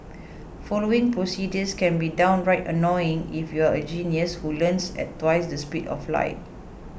following procedures can be downright annoying if you're a genius who learns at twice the speed of light